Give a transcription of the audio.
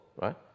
right